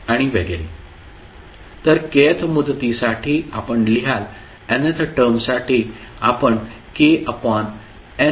तर kth मुदतीसाठी आपण लिहाल nth टर्मसाठी आपण kn 1